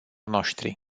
noștri